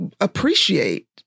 appreciate